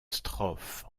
strophe